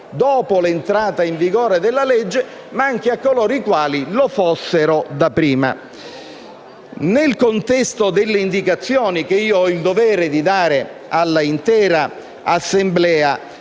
dopo l'entrata in vigore della legge, ma anche a coloro i quali lo fossero da prima. Nel contesto delle indicazioni che io ho il dovere di dare all'intera Assemblea